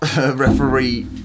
referee